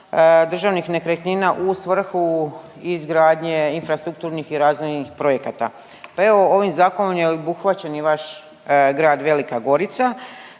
državnih nekretnina u svrhu izgradnje infrastrukturnih i razvojnih projekata. Pa evo, ovim Zakonom je obuhvaćen i vaš grad Velika Gorica